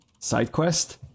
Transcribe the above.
SideQuest